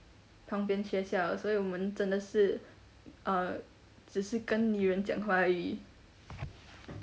旁边学校所以我们真的是 uh 只是跟女人讲华语